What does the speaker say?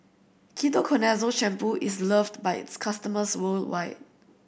Ketoconazole Shampoo is loved by its customers worldwide